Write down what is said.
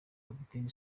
captain